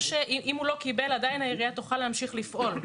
אם הוא לא קיבל, עדיין העירייה תוכל להמשיך לפעול.